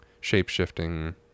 shape-shifting